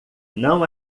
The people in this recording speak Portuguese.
não